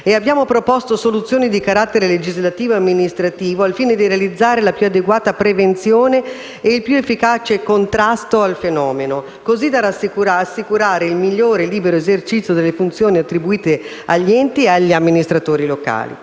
abbiamo proposto soluzioni di carattere legislativo e amministrativo al fine di realizzare la più adeguata prevenzione e il più efficace contrasto al fenomeno, così da assicurare il migliore e libero esercizio delle funzioni attribuite agli enti e agli amministratori locali.